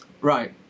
right